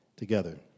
Together